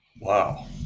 Wow